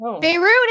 Beirut